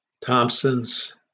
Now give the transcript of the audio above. Thompsons